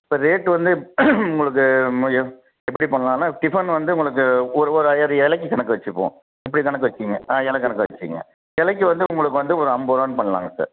sir rate வந்து உங்களுக்கு ம எப் எப்படி பண்ணலான்னா டிஃபன் வந்து உங்களுக்கு ஒரு ஒரு ஒரு இலைக்கி கணக்கு வச்சுப்போம் இப்படி கணக்கு வச்சுங்க ஆ இல கணக்கா வச்சுக்கிங்க இலைக்கி வந்து உங்களுக்கு வந்து ஒரு ஐம்பரூவானு பண்ணலாங்க சார்